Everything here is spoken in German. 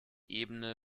ebene